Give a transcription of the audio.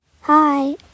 Hi